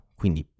quindi